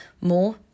more